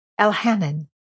Elhanan